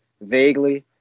vaguely